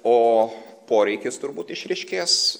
o poreikis turbūt išryškės